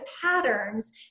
patterns